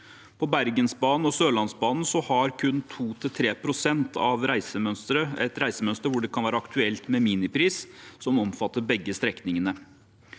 På Bergensbanen og Sørlandsbanen har kun 2–3 pst. av fjerntogkundene et reisemønster hvor det kan være aktuelt med minipris som omfatter begge strekningene.